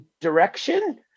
direction